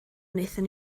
wnaethon